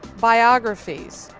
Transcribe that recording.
biographies,